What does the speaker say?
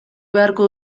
beharko